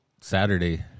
Saturday